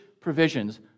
provisions